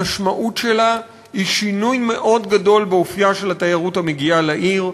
המשמעות שלה היא שינוי מאוד גדול באופייה של התיירות המגיעה לעיר,